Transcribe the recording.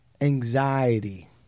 anxiety